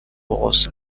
was